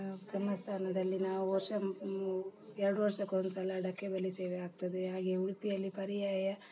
ಬ್ರಹ್ಮಸ್ಥಾನದಲ್ಲಿ ನಾವು ವರ್ಷ ಎರಡು ವರ್ಷಕೊಂದುಸಲ ಡಕ್ಕೆಬಲಿ ಸೇವೆ ಆಗ್ತದೆ ಹಾಗೆ ಉಡುಪಿಯಲ್ಲಿ ಪರ್ಯಾಯ